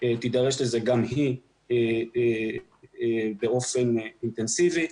תידרש לזה גם היא באופן אינטנסיבי.